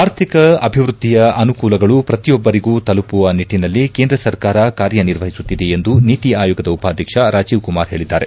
ಆರ್ಥಿಕ ಅಭಿವೃದ್ದಿಯ ಅನುಕೂಲಗಳು ಪ್ರತಿಯೊಬ್ಬರಿಗೂ ತಲುಪುವ ನಿಟ್ಟಿನಲ್ಲಿ ಕೇಂದ್ರ ಸರ್ಕಾರ ಕಾರ್ಯ ನಿರ್ವಹಿಸುತ್ತಿದೆ ಎಂದು ನೀತಿ ಆಯೋಗದ ಉಪಾಧ್ಯಕ್ಷ ರಾಜೀವ್ ಕುಮಾರ್ ಹೇಳಿದ್ದಾರೆ